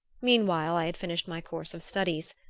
meanwhile i had finished my course of studies,